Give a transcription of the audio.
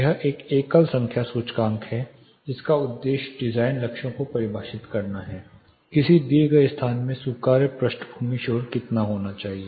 यह एक एकल संख्या सूचकांक है जिसका उद्देश्य डिजाइन लक्ष्यों को परिभाषित करना है किसी दिए गए स्थान में स्वीकार्य पृष्ठभूमि शोर स्तर कितना होना चाहिए